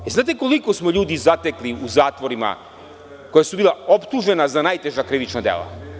Da li znate koliko smo ljudi zatekli u zatvorima koja su bila optužena za najteža krivična dela?